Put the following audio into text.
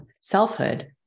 selfhood